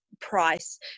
price